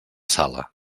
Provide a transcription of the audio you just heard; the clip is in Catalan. sala